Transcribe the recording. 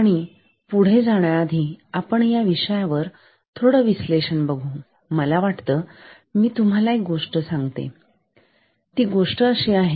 आणि पुढे जाण्याआधी आपण ह्या विषयावर थोडं विश्लेषण बघूमला वाटलं मी तुम्हाला एक गोष्ट सांगतो ती गोष्ट अशी आहे